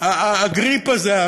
הגריפ הזה,